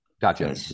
Gotcha